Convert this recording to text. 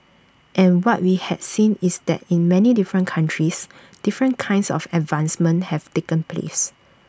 and what we had seen is that in many different countries different kinds of advancements have taken place